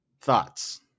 Thoughts